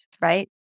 right